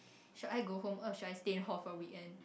should I go home or should I stay in hall for weekend